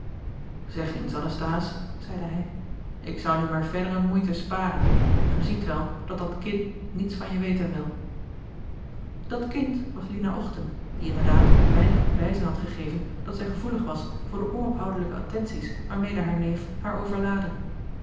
zeg eens anasthase zeide hij ik zou nu maar verdere moeite sparen ge ziet wel dat dat kind niets van je weten wil dat kind was lina ochten die inderdaad weinig bewijzen had gegeven dat zij gevoelig was voor de onophoudelijke attenties waarmede haar neef haar overlaadde